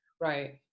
Right